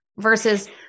versus